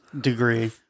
degree